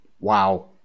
Wow